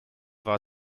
war